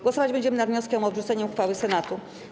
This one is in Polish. Głosować będziemy nad wnioskiem o odrzucenie uchwały Senatu.